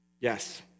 Yes